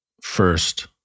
first